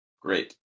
Great